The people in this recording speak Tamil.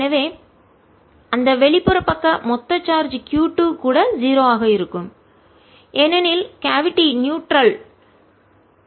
எனவே அந்த வெளிப்புற பக்க மொத்த சார்ஜ் Q 2 கூட 0 ஆக இருக்கும் ஏனெனில் கேவிட்டி குழி நியூட்ரல் நடுநிலையானது